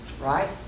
right